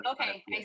Okay